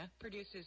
produces